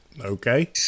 okay